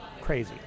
crazy